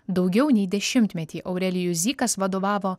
daugiau nei dešimtmetį aurelijus zykas vadovavo